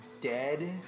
dead